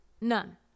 None